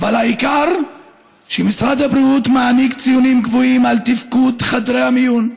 אבל העיקר שמשרד הבריאות מעניק ציונים גבוהים על תפקוד חדרי המיון.